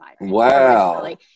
wow